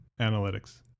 Analytics